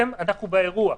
אנחנו באירוע.